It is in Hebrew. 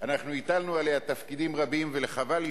מטלון ושל חבר הכנסת